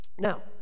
Now